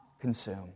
consume